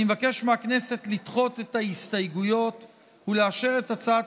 אני מבקש מהכנסת לדחות את ההסתייגויות ולאשר את הצעת